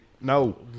No